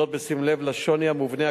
בשים לב לשוני המובנה הקיים,